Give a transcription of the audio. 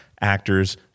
actors